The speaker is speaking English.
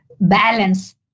balance